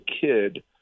kid